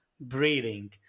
breathing